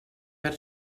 per